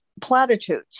platitudes